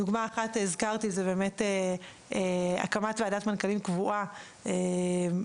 דוגמה אחת היא הקמת ועדת מנכ"לים קבועה שקמה,